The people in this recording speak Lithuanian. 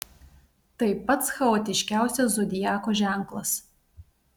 tai pats chaotiškiausias zodiako ženklas